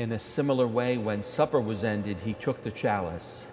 in a similar way when supper was ended he took the chalice